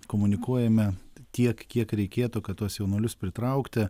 komunikuojame tiek kiek reikėtų kad tuos jaunuolius pritraukti